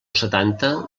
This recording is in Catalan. setanta